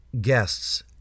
guests